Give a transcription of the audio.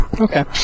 Okay